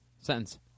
Sentence